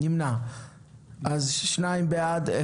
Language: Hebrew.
2 נגד,